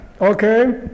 Okay